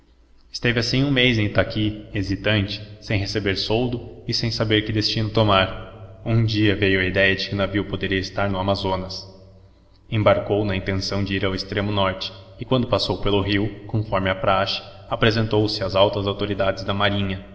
esteve assim um mês em itaqui hesitante sem receber soldo e sem saber que destino tomar um dia lhe veio na intenção de ir ao extremo norte e quando passou pelo rio conforme a praxe apresentou-se às altas autoridades da marinha